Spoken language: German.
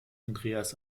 andreas